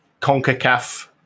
CONCACAF